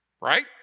right